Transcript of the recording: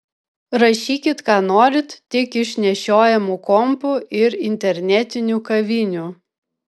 rašykit ką norit tik iš nešiojamų kompų ir internetinių kavinių